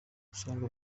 usanga